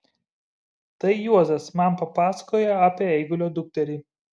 tai juozas man papasakojo apie eigulio dukterį